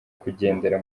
kugendera